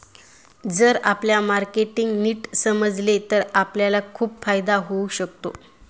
जर आपल्याला मार्केटिंग नीट समजले तर आपल्याला खूप फायदा होऊ शकतो